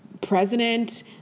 president